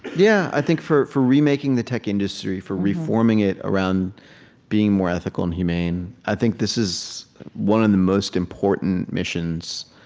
yeah. i think for for remaking the tech industry, for reforming it around being more ethical and humane. i think this is one of the most important missions